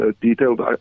detailed